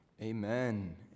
Amen